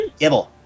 gibble